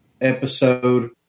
episode